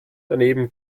daneben